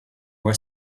were